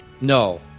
no